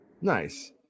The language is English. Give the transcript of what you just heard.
nice